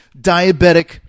diabetic